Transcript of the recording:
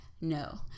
No